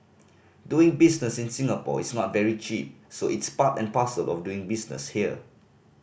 doing business in Singapore is not very cheap so it's part and parcel of doing business here